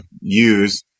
use